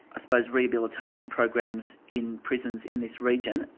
i suppose rehabilitation programs in prisons in this region.